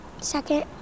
Second